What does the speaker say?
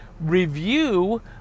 review